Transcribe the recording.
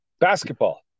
Basketball